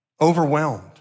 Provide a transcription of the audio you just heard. overwhelmed